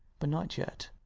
but not yet.